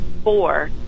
Four